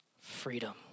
freedom